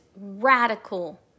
radical